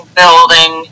building